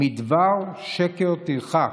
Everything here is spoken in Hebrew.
מדבר שקר תרחק.